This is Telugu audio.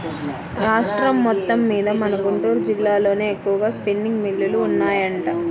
రాష్ట్రం మొత్తమ్మీద మన గుంటూరు జిల్లాలోనే ఎక్కువగా స్పిన్నింగ్ మిల్లులు ఉన్నాయంట